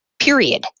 period